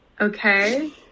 Okay